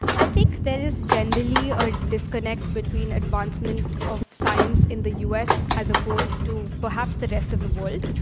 i think there is, generally, a disconnect between advancement of science in the u. s, as opposed to, perhaps, the rest of the world.